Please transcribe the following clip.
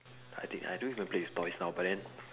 I think I don't even play with toys now but then